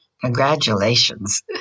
Congratulations